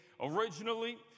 Originally